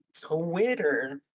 Twitter